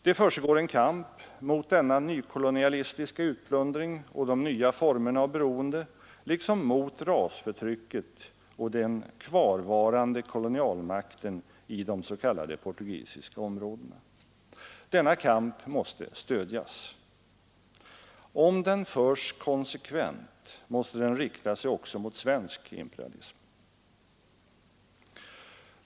Det försiggår en kamp mot denna nykolonialistiska utplundring och de nya formerna av beroende liksom mot rasförtrycket och den kvarvarande kolonialmakten i de s.k. portugisiska områdena. Denna kamp måste stödjas. Om den förs konsekvent, måste den rikta sig också mot svensk imperialism.